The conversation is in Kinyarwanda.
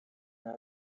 nta